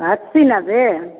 अस्सी नब्बे